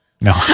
no